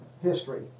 history